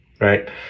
right